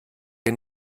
dir